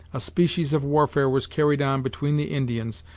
a species of warfare was carried on between the indians,